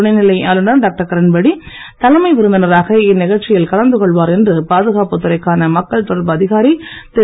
துணைநிலை ஆளுநர் டாக்டர் கிரண்பேடி தலைமை விருந்தினராக இந்நிகழ்ச்சியில் கலந்து கொள்வார் என்று பாதுகாப்பு துறைக்கான மக்கள் தொடர்பு அதிகாரி திரு